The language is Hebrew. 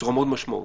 בצורה מאוד משמעותית